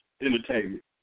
Entertainment